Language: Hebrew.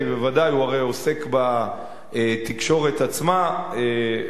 כי הוא הרי עוסק בתקשורת עצמה,